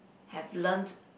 have learnt